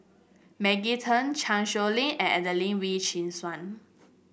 Maggie Teng Chan Sow Lin and Adelene Wee Chin Suan